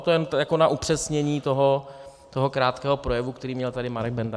To jen na upřesnění toho krátkého projevu, který měl tady Marek Benda.